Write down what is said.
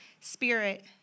spirit